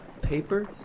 Papers